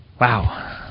Wow